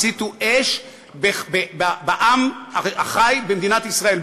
הציתו אש בעם החי במדינת ישראל,